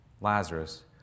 Lazarus